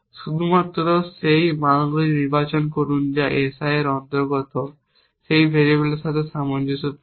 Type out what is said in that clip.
শুধুমাত্র সেই মানগুলি নির্বাচন করুন যা S i এর অন্তর্গত সেই ভেরিয়েবলগুলির সাথে সামঞ্জস্যপূর্ণ